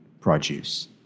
produce